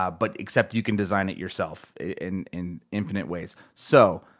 ah but except you can design it yourself, in in infinite ways. so,